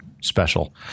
Special